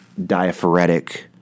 diaphoretic